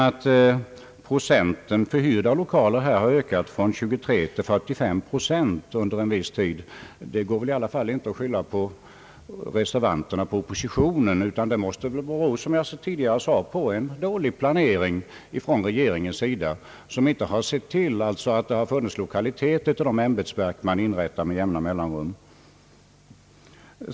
Att procentandelen för hyrda lokaler har ökat från 23 till 45 procent under en viss tid kan man i alla fall inte beskylla reservanterna och oppositionen för. Det måste, som jag tidigare sagt, bero på dålig planering av regeringen, som inte har sett till att det har funnits lokaliteter till de ämbetsverk som inrättas med jämna mellanrum.